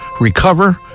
recover